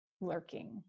lurking